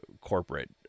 corporate